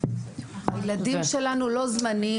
הילדים שלנו לא זמניים.